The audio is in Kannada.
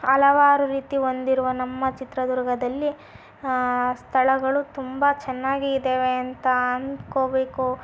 ಹಲವಾರು ರೀತಿ ಹೊಂದಿರುವ ನಮ್ಮ ಚಿತ್ರದುರ್ಗದಲ್ಲಿ ಸ್ಥಳಗಳು ತುಂಬ ಚೆನ್ನಾಗಿ ಇದ್ದಾವೆ ಅಂತ ಅಂದ್ಕೋಬೇಕು